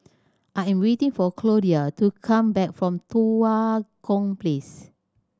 I am waiting for Claudio to come back from Tua Kong Place